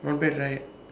not bad right